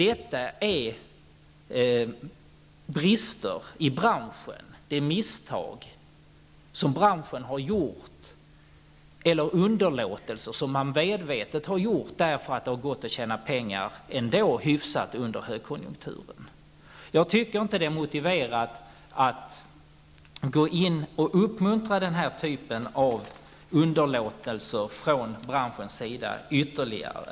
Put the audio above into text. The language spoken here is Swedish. Det rör sig om brister i branschen, misstag som branschen har gjort eller medvetna underlåtelser, eftersom man under högkonjunkturen ändå har kunnat tjäna ganska mycket pengar. Jag tycker inte att det är motiverat att uppmuntra den här typen av underlåtelser från branschen ytterligare.